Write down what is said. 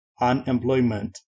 unemployment